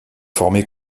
formé